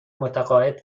متعاقد